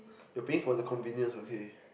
you're paying for the convenience okay